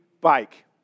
bike